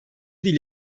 dil